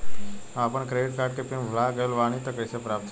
हम आपन credit card के पिन भुला गइल बानी त कइसे प्राप्त होई?